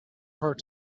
hard